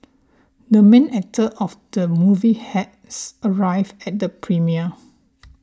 the main actor of the movie has arrived at the premiere